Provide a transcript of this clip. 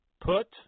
Put